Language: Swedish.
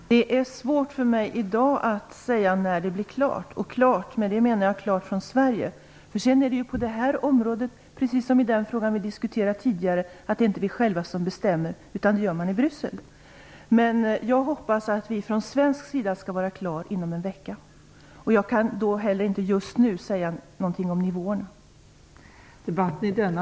Fru talman! Det är svårt för mig att i dag säga när det här blir klart. Med klart menar jag när det blir klart från Sveriges sida. På det här området, precis som när det gäller den fråga som diskuterades tidigare, är det inte vi själva som bestämmer. Det gör man i Bryssel. Men jag hoppas att vi från Sveriges sida skall vara klara inom en vecka. Jag kan inte heller just nu säga någonting om nivåerna.